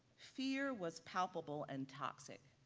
fear was palpable and toxic